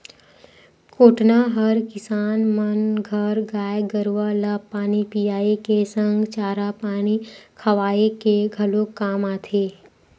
कोटना हर किसान मन घर गाय गरुवा ल पानी पियाए के संग चारा पानी खवाए के घलोक काम आथे